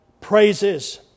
praises